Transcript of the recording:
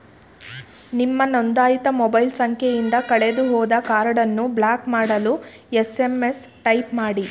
ನಿಮ್ಮ ನೊಂದಾಯಿತ ಮೊಬೈಲ್ ಸಂಖ್ಯೆಯಿಂದ ಕಳೆದುಹೋದ ಕಾರ್ಡನ್ನು ಬ್ಲಾಕ್ ಮಾಡಲು ಎಸ್.ಎಂ.ಎಸ್ ಟೈಪ್ ಮಾಡಿ